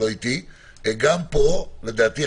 ועדת הבוחנים זה נושא קריטי בגלל תיאום התרבות.